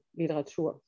litteratur